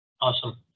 Awesome